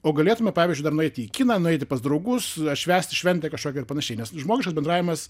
o galėtume pavyzdžiui dar nueiti į kiną nueiti pas draugus švęsti šventę kažkokią ir panašiai nes nu žmogiškas bendravimas